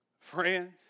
Friends